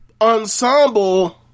ensemble